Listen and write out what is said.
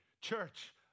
church